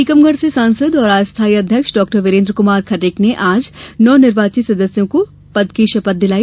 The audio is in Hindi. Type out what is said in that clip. टीकमगढ़ से सांसद और अस्थाई अध्यक्ष डॉ वीरेन्द्र कमार खटीक ने आज नवनिर्वाचित सदस्यों को पद की शपथ दिलाई